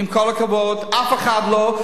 עם כל הכבוד, אף אחד לא.